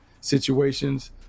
situations